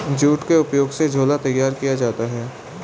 jute के उपयोग से झोला तैयार किया जाता है